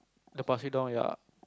they pass it down ya